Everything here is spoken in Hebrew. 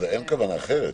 אין כוונה אחרת.